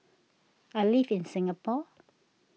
I live in Singapore